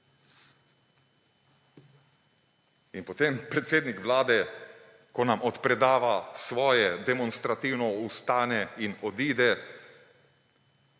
In potem predsednik Vlade, ko nam odpredava svoje, demonstrativno vstane in odide,